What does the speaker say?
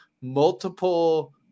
multiple